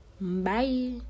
Bye